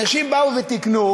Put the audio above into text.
אנשים באו ותיקנו,